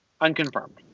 Unconfirmed